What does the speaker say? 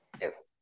Yes